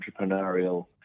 entrepreneurial